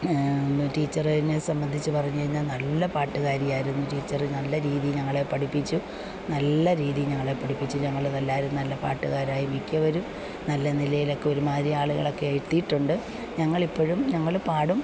ടീച്ചറിനെ സംബന്ധിച്ചു പറഞ്ഞുകഴിഞ്ഞാൽ നല്ല പാട്ടുകാരിയായിരുന്നു ടീച്ചറ് നല്ല രീതിയിൽ ഞങ്ങളെ പഠിപ്പിച്ചു നല്ല രീതിയിൽ ഞങ്ങളെ പഠിപ്പിച്ചു ഞങ്ങളെല്ലാവരും നല്ല പാട്ടുകാരായി മിക്കവരും നല്ല നിലയിലൊക്കെ ഒരുമാതിരി ആളുകളൊക്കെ എത്തിയിട്ടുണ്ട് ഞങ്ങളിപ്പോഴും ഞങ്ങൾ പാടും